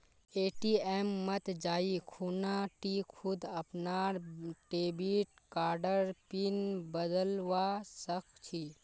ATM मत जाइ खूना टी खुद अपनार डेबिट कार्डर पिन बदलवा सख छि